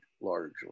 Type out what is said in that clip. largely